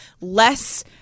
less